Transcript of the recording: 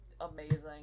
amazing